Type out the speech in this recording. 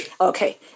Okay